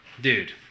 Dude